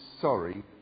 sorry